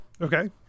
Okay